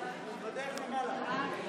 בדרך למעלה.